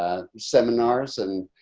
ah seminars and,